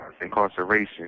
Incarceration